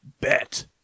Bet